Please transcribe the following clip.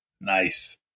Nice